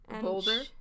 Boulder